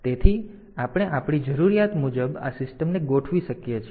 તેથી આપણે આપણી જરૂરિયાત મુજબ આ સિસ્ટમને ગોઠવી શકીએ છીએ